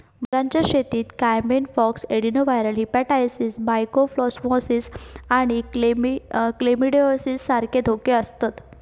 मगरांच्या शेतीत caiman pox, adenoviral hepatitis, mycoplasmosis आणि क्लेमायडिओसिस सारखे धोके आसतत